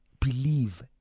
Believe